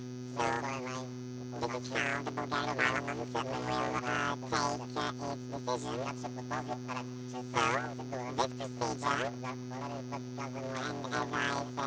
...